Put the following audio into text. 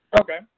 Okay